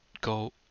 go